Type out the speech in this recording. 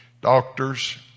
Doctors